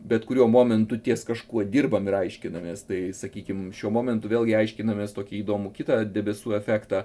bet kuriuo momentu ties kažkuo dirbam ir aiškinamės tai sakykim šiuo momentu vėlgi aiškinamės tokį įdomų kitą debesų efektą